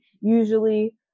usually